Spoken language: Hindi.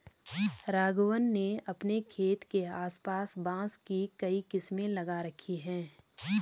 राघवन ने अपने खेत के आस पास बांस की कई किस्में लगा रखी हैं